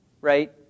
right